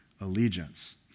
allegiance